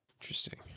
Interesting